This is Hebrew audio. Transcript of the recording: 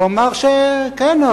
הוא אמר: "כן,